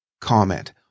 comment